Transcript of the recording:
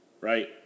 right